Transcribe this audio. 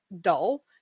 dull